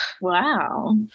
Wow